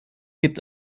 gibt